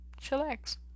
chillax